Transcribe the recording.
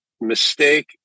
mistake